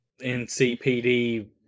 NCPD